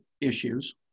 issues